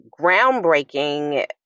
groundbreaking